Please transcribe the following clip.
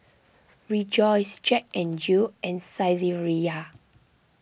Rejoice Jack N Jill and Saizeriya